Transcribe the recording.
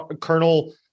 Colonel